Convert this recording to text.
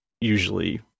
usually